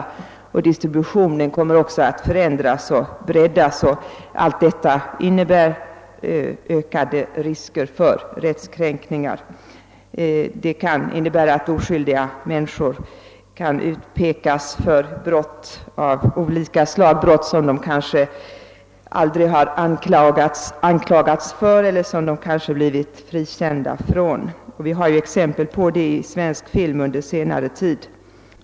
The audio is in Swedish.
Även distributionen kommer att förändras och breddas. Allt detta innebär ökade risker för rättskränkningar. Oskyldiga människor kan utpekas för brott av olika slag som de kanske aldrig har anklagats för eller blivit frikända från — vi har exempel på sådant i svensk film under senare år.